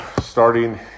starting